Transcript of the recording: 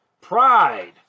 Pride